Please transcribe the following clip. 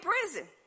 prison